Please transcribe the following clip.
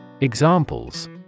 Examples